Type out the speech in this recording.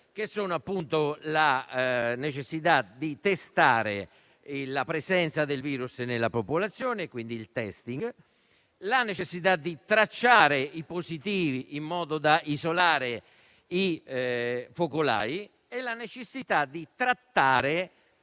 alla storia: la necessità di testare la presenza del virus nella popolazione (il *testing*); la necessità di tracciare i positivi in modo da isolare i focolai; la necessità di trattare